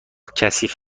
کثیف